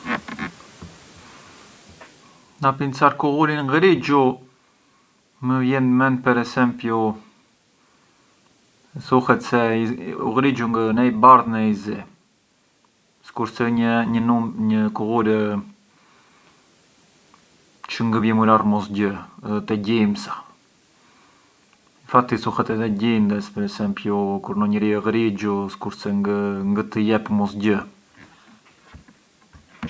Jo u me diskursin se rri te një horë e vogël marr më shumë makinën time e jec pë’ l’afari timë, mezzi te një horë e vogël ngë jan mezzi pubblici, kur inveci jam te një vend i madh si mënd jetë Roma o një vend shtu atje tundem me i mezzi, me a metropolitana, me postën.